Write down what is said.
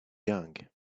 gang